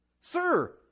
Sir